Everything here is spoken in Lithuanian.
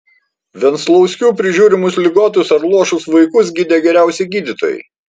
venclauskių prižiūrimus ligotus ar luošus vaikus gydė geriausi gydytojai